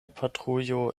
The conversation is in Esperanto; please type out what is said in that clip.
patrujo